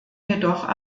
jedoch